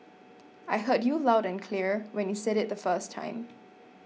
I heard you loud and clear when you said it the first time